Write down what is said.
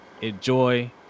enjoy